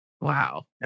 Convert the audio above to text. Wow